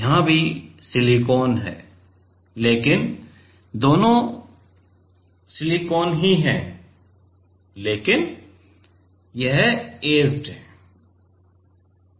यह यहां भी सिलिकॉन है लेकिन दोनों सिलिकॉन ही हैं लेकिन यह ऐचेड है